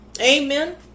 Amen